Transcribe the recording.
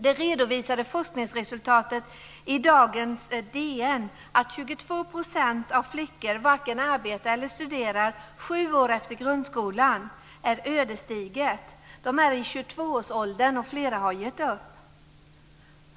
Det redovisade forskningsresultatet i dagens DN, där 22 % av flickorna varken arbetar eller studerar sju år efter grundskolan, är ödesdigert. De är i 22 årsåldern, och flera har gett upp.